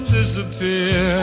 disappear